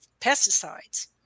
pesticides